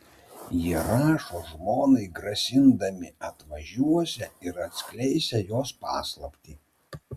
jie rašo žmonai grasindami atvažiuosią ir atskleisią jos paslaptį